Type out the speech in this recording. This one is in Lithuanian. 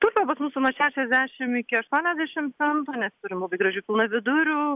tuplė pas mūsų nuo šešiasdešimt iki aštuoniasdešimt centų nes turim labai gražių pilnavidurių